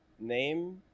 name